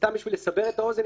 סתם בשביל לסבר את האוזן,